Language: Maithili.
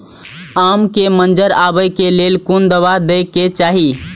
आम के मंजर आबे के लेल कोन दवा दे के चाही?